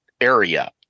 area